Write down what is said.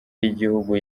y’igihugu